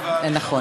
למעלה.